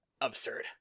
absurd